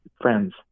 friends